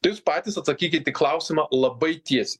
tai jūs patys atsakykit į klausimą labai tiesiai